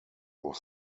was